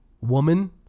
woman